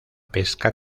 pesca